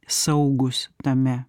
saugūs tame